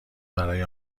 برای